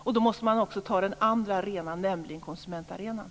Och då måste man också göra något på den andra arenan, nämligen på konsumentarenan.